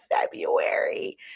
February